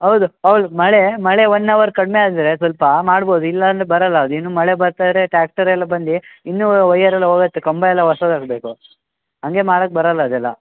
ಹೌದು ಹೌದು ಮಳೆ ಮಳೆ ಒನ್ ಅವರ್ ಕಡಿಮೆ ಆದರೆ ಸ್ವಲ್ಪ ಮಾಡ್ಬೋದು ಇಲ್ಲ ಅಂದರೆ ಬರಲ್ಲ ಅದು ಇನ್ನು ಮಳೆ ಬರ್ತಾಯಿದ್ರೆ ಟ್ರ್ಯಾಕ್ಟರ್ ಎಲ್ಲ ಬಂದು ಇನ್ನು ವಯರ್ ಎಲ್ಲ ಹೋಗತ್ತೆ ಕಂಬ ಎಲ್ಲ ಹೊಸದ್ ಹಾಕ್ಬೇಕು ಹಂಗೆ ಮಾಡಕೆ ಬರೊಲ್ಲ ಅದೆಲ್ಲ